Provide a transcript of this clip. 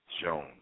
Jones